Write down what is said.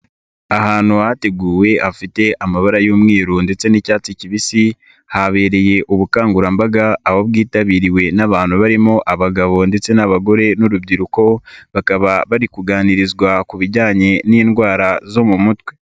Ahantu hateguwe hafite amabara y'umweru ndetse n'icyatsi kibisi, habereye ubukangurambaga aho bwitabiriwe n'abantu barimo abagabo ndetse n'abagore n'urubyiruko, bakaba bari kuganirizwa ku bijyanye n'indwara zo mu mutwe.